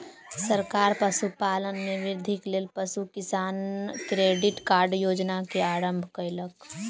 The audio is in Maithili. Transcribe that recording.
सरकार पशुपालन में वृद्धिक लेल पशु किसान क्रेडिट कार्ड योजना के आरम्भ कयलक